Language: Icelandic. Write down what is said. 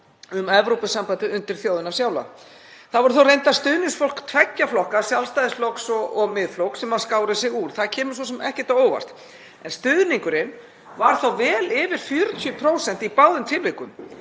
um Evrópusambandið undir þjóðina sjálfa. Það var þó reyndar stuðningsfólk tveggja flokka, Sjálfstæðisflokks og Miðflokks, sem skar sig úr. Það kemur svo sem ekki á óvart en stuðningurinn var þó vel yfir 40% í báðum tilvikum.